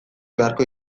beharko